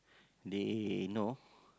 they know